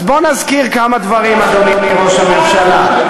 אז בוא נזכיר כמה דברים, אדוני ראש הממשלה.